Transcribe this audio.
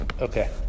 Okay